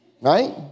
Right